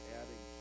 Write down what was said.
adding